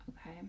Okay